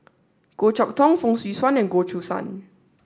Goh Chok Tong Fong Swee Suan and Goh Choo San